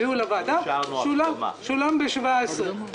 הביאו לוועדה וזה שולם ב-2017.